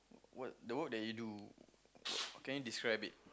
what the work that you do can you describe it